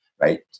right